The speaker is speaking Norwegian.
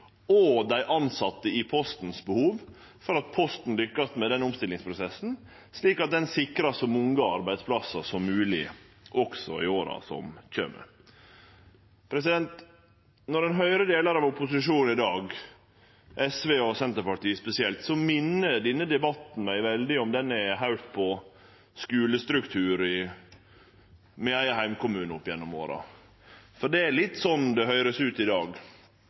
og behova til dei tilsette i Posten – at Posten lukkast med den omstillingsprosessen, slik at ein sikrar så mange arbeidsplassar som mogleg også i åra som kjem. Når ein høyrer delar av opposisjonen i dag – spesielt SV og Senterpartiet – minner denne debatten meg veldig om den eg har høyrt om skulestruktur i min eigen heimkommune opp gjennom åra. For det er litt sånn det høyrest ut i dag: